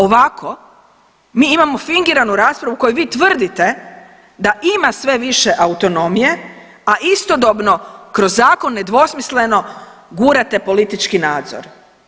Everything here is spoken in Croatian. Ovako mi imamo fingiranu raspravu u kojoj vi tvrdite da ima sve više autonomije, a istodobno kroz zakon nedvosmisleno gurate politički nadzor.